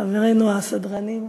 חברינו הסדרנים,